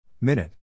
Minute